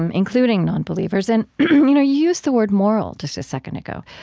um including non-believers. and you know used the word moral just a second ago,